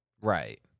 Right